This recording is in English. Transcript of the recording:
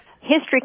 history